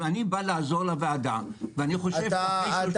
אני בא לעזור לוועדה ואני חושב שאחרי 30 שנה כיועץ --- אתה